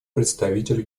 представителю